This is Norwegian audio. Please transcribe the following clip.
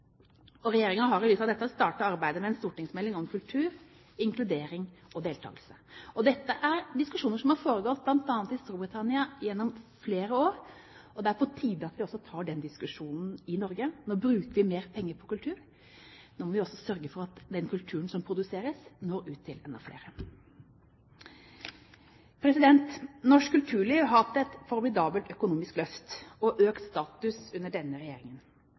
har i lys av dette startet arbeidet med en stortingemelding om kultur, inkludering og deltakelse. Dette er diskusjoner som har foregått i bl.a. Storbritannia gjennom flere år, og det er på tide at vi også tar den diskusjonen i Norge. Nå bruker vi mer penger på kultur – nå må vi også sørge for at den kulturen som produseres, når ut til enda flere. Norsk kulturliv har hatt et formidabelt økonomisk løft og fått økt status under denne regjeringen.